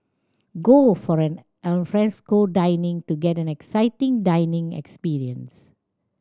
go for an alfresco dining to get an exciting dining experience